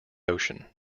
ocean